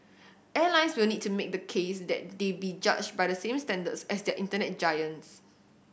airlines will need to make the case that they be judged by the same standards as the Internet giants